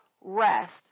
rest